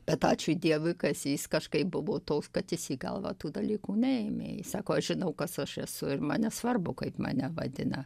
bet ačiū dievui kazys kažkaip buvo toks kad jis į galvą tų dalykų neėmė jis sako aš žinau kas aš esu ir man nesvarbu kaip mane vadina